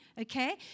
Okay